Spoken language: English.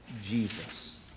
Jesus